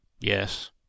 Yes